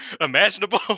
imaginable